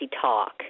talk